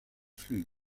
flügel